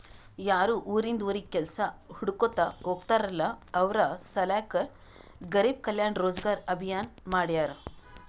ಯಾರು ಉರಿಂದ್ ಉರಿಗ್ ಕೆಲ್ಸಾ ಹುಡ್ಕೋತಾ ಹೋಗ್ತಾರಲ್ಲ ಅವ್ರ ಸಲ್ಯಾಕೆ ಗರಿಬ್ ಕಲ್ಯಾಣ ರೋಜಗಾರ್ ಅಭಿಯಾನ್ ಮಾಡ್ಯಾರ್